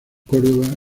córdoba